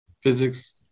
Physics